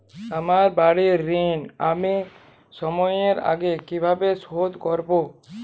আমার বাড়ীর ঋণ আমি সময়ের আগেই কিভাবে শোধ করবো?